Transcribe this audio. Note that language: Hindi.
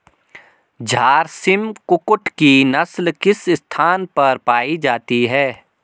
झारसिम कुक्कुट की नस्ल किस स्थान पर पाई जाती है?